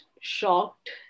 shocked